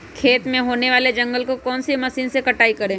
खेत में होने वाले जंगल को कौन से मशीन से कटाई करें?